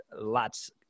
lots